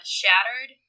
shattered